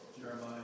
Jeremiah